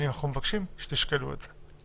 אנחנו מבקשים שתשקלו את זה.